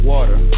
Water